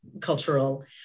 cultural